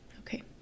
okay